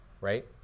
Right